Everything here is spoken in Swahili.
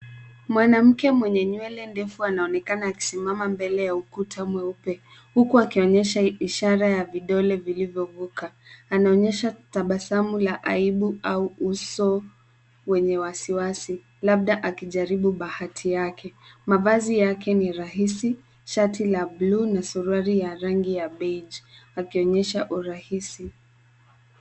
Mwanamke mwenye nywele ndefu anaonekana akisimama mbele ya ukuta mweupe, hukuakionyesha ishara ya vidole vilivyovuka. Anaonyesha tabasamu la aibu au uso wenye wasiwasi labda akijaribu bahati yake. Mavazi yake ni rahisi, shati la buluu na suruali ya rangi ya baige akionyesha urahisi.